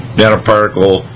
nanoparticle